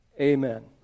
amen